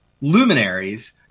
luminaries